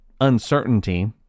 uncertainty